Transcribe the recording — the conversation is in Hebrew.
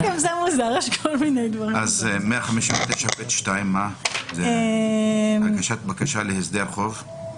תקנה 159ב2, בקשה להסדר חוב.